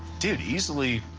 dude easily